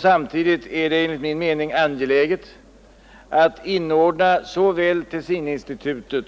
Samtidigt är det enligt min mening angeläget att inordna såväl Tessininstitutet